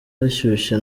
hashyushye